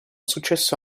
successo